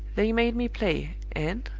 they made me play and,